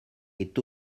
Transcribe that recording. est